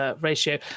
ratio